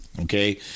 okay